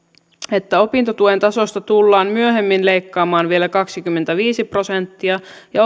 että opintotuen tasosta tullaan myöhemmin leikkaamaan vielä kaksikymmentäviisi prosenttia ja